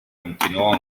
continuò